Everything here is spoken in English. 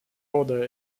order